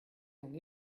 and